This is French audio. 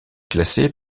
classé